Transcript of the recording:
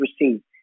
received